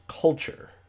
culture